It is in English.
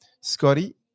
Scotty